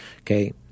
Okay